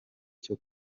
cyo